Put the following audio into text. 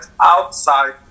outside